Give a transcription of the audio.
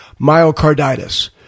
myocarditis